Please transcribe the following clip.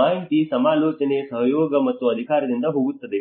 ಮಾಹಿತಿ ಸಮಾಲೋಚನೆ ಸಹಯೋಗ ಮತ್ತು ಅಧಿಕಾರದಿಂದ ಹೋಗುತ್ತದೆ